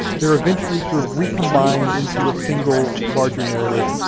they're eventually sort of recombined into a single larger narrative,